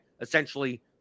essentially